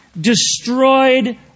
destroyed